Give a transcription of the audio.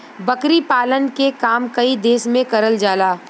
बकरी पालन के काम कई देस में करल जाला